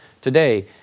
today